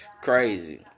Crazy